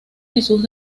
jesús